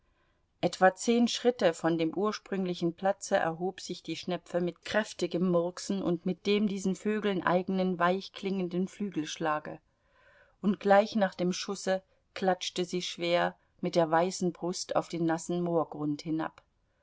etwa zehn schritte von dem ursprünglichen platze erhob sich die schnepfe mit kräftigem murksen und mit dem diesen vögeln eigenen weich klingenden flügelschlage und gleich nach dem schusse klatschte sie schwer mit der weißen brust auf den nassen moorgrund hinab